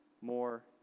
more